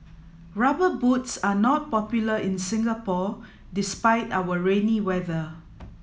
rubber boots are not popular in Singapore despite our rainy weather